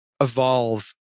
evolve